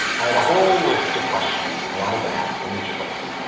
i had a whole list of questions i wanted to ask in each place.